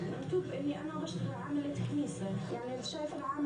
שהעבירו את המכסה לעובד,